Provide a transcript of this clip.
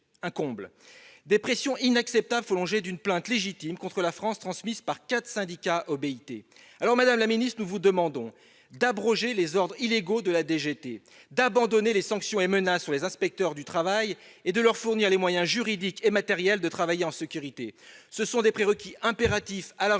Ces pressions inacceptables font l'objet d'une plainte- légitime -contre la France transmise par quatre syndicats au Bureau international du travail. Madame la ministre, nous vous demandons d'abroger les ordres illégaux de la DGT, d'abandonner les sanctions et menaces qui pèsent sur les inspecteurs du travail et de leur fournir les moyens juridiques et matériels de travailler en sécurité. Ce sont des prérequis impératifs à la reprise